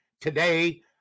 today